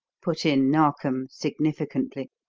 put in narkom significantly,